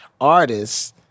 artists